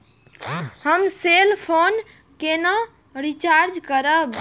हम cell phone केना recharge करब?